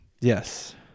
Yes